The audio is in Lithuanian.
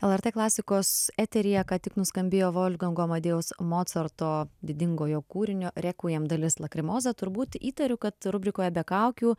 lrt klasikos eteryje ką tik nuskambėjo volfgango amadėjaus mocarto didingojo kūrinio requiem dalis lakrimoza turbūt įtariu kad rubrikoje be kaukių